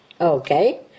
Okay